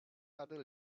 rather